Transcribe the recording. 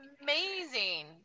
amazing